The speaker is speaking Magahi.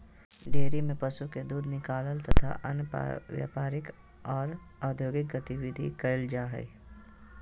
डेयरी में पशु के दूध निकालल तथा अन्य व्यापारिक आर औद्योगिक गतिविधि कईल जा हई